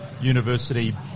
University